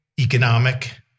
economic